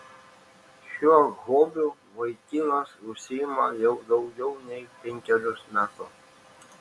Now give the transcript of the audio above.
šiuo hobiu vaikinas užsiima jau daugiau nei penkerius metus